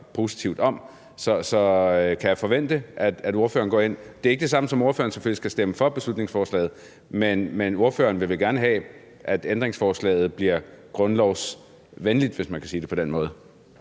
positivt om. Så kan jeg forvente, at ordføreren går ind for det? Det er selvfølgelig ikke det samme, som at ordføreren skal stemme for beslutningsforslaget, men ordføreren vil vel gerne have, beslutningsforslaget bliver grundlovsvenligt, hvis man kan sige det på den måde.